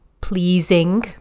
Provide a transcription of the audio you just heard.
pleasing